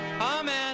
Amen